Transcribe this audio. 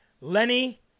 Lenny